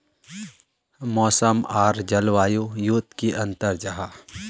मौसम आर जलवायु युत की अंतर जाहा?